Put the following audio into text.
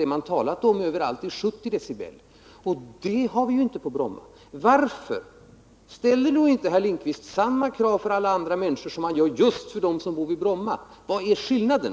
Vad man talat om överallt är 70 decibel — och det har vi ju inte på Bromma. Varför ställer då inte herr Lindkvist samma krav för alla andra människor som han ställer just för dem som bor vid Bromma? Vad är skillnaden?